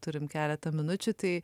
turim keletą minučių tai